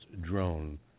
drone